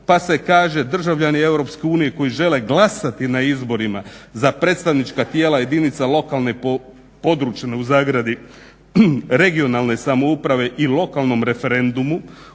pa se kaže: "Državljani Europske unije koji žele glasati na izborima za predstavnička tijela jedinica lokalne područne (regionalne) samouprave i lokalnom referendumu,